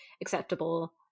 Acceptable